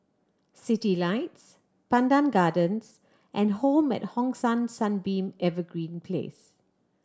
Citylights Pandan Gardens and Home at Hong San Sunbeam Evergreen Place